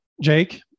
Jake